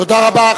תודה רבה.